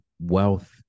wealth